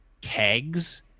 kegs